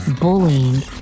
bullying